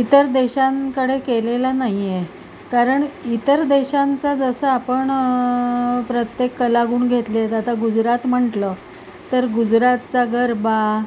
इतर देशांकडे केलेला नाईये कारण इतर देशांचा जसं आपण प्रत्येक कलागुण घेतलेत आता गुजरात म्हंटलं तर गुजरातचा गरबा